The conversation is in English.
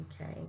Okay